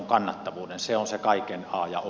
se on se kaiken a ja o